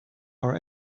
our